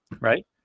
Right